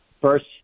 First